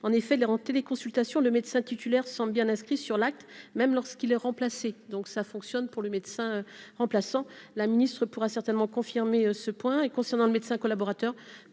en effet leur en téléconsultation le médecin titulaire sont bien inscrit sur l'acte même lorsqu'il est remplacé, donc ça fonctionne pour le médecin remplaçant la ministre pourra certainement confirmé ce point et concernant le médecin collaborateur,